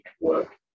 work